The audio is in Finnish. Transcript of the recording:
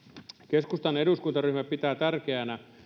keskustan eduskuntaryhmä pitää tärkeänä